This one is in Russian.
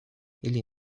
или